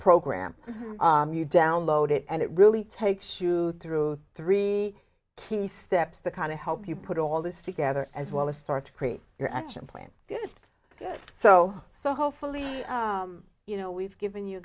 program you download it and it really takes you through three key steps the kind of help you put all this together as well as start to create your action plan so so hopefully you know we've given you